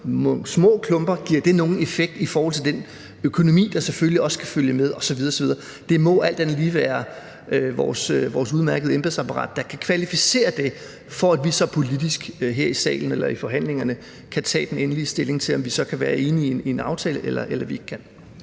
små klumper, og giver det nogen effekt i forhold til den økonomi, der selvfølgelig også skal følge med osv. osv.? Det må alt andet lige være vores udmærkede embedsapparat, der kan kvalificere det, for at vi så politisk her i salen eller i forhandlingerne kan tage den endelige stilling til, om vi så kan være enige i en aftale eller vi ikke kan.